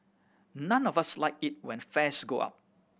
none of us like it when fares go up